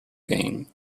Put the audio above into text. gang